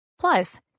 Plus